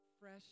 fresh